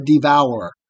devourer